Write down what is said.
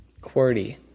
QWERTY